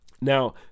Now